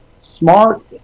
smart